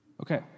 Okay